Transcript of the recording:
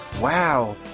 wow